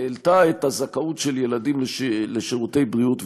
והעלתה את הזכאות של ילדים לשירותי בריאות,